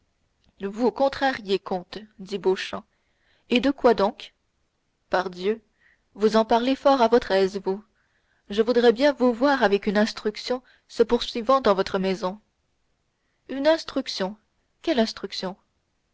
vous contrarié comte dit beauchamp et de quoi donc pardieu vous en parlez fort à votre aise vous je voudrais bien vous voir avec une instruction se poursuivant dans votre maison une instruction quelle instruction